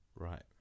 Right